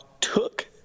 took